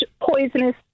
poisonous